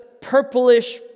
purplish